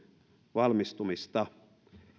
valmistumista